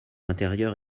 intérieure